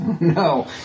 No